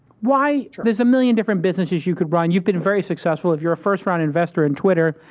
why? there's a million different businesses, you could run. you've been very successful, if you are a first round investor in twitter,